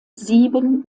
sieben